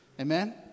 Amen